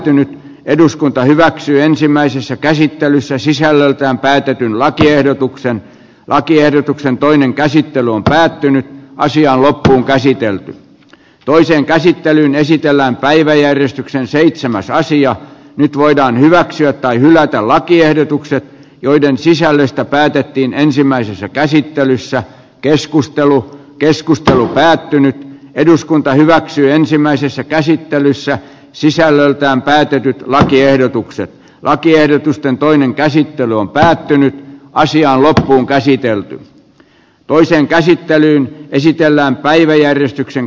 jo nyt eduskunta hyväksyy ensimmäisessä käsittelyssä sisällöltään päätetyn lakiehdotuksen lakiehdotuksen toinen käsittely on päättynyt naisia loppuunkäsitelty toisen käsittelyn esitellään päiväjärjestyksen seitsemäs sija nyt voidaan hyväksyä tai hylätä lakiehdotukset joiden sisällöstä päätettiin ensimmäisessä käsittelyssä keskustelu keskustelu päättynyt eduskunta hyväksyi ensimmäisessä käsittelyssä sisällöltään käytetyt lakiehdotukset lakiehdotusten toinen käsittely on päättynyt naisia on käsitelty toiseen käsittelyyn esitellään päiväjärjestyksen